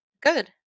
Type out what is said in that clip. Good